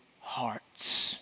hearts